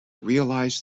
realize